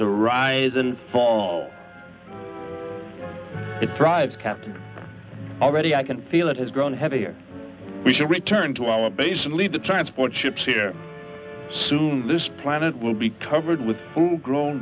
to rise and fall it drives captain already i can feel it has grown heavier we should return to our base and leave the transport ships here soon this planet will be covered with grown